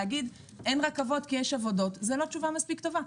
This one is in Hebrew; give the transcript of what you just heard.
להגיד שאין רכבות כי יש עבודות זה לא תשובה מספיק טובה.